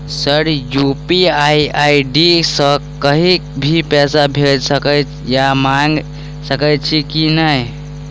Sir UPI ID सँ कहि भी पैसा भेजि सकै या मंगा सकै छी की न ई?